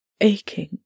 aching